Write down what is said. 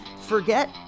forget